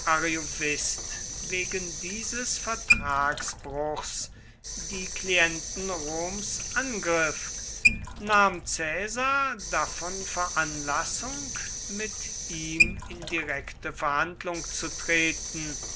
wegen dieses vertragsbruchs die klienten roms angriff nahm caesar davon veranlassung mit ihm in direkte verhandlung zu treten